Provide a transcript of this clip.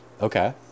Okay